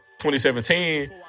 2017